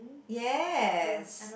yes